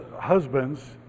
husbands